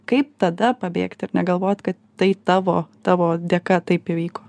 kaip tada pabėgti ir negalvot kad tai tavo tavo dėka taip įvyko